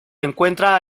encuentra